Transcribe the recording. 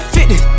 Fifty